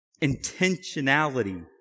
intentionality